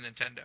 Nintendo